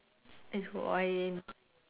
is why